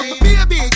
Baby